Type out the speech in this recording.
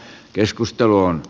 keskustelua